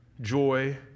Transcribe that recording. joy